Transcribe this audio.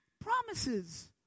promises